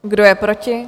Kdo je proti?